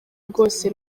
rwose